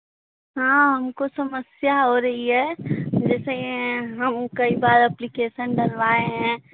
हाँ हमको समस्या हो रही है जैसे हम कई बार अप्लिकेशन डलवाए हैं